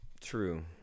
true